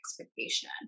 expectation